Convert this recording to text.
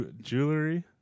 jewelry